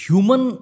Human